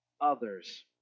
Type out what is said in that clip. others